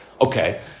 Okay